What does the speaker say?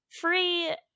Free